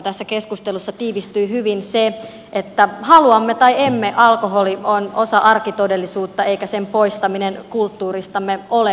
tässä keskustelussa tiivistyy hyvin se että haluamme tai emme alkoholi on osa arkitodellisuutta eikä sen poistaminen kulttuuristamme ole mahdollista